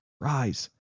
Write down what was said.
rise